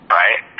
right